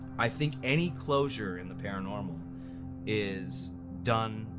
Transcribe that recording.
i think any closure in the paranormal is done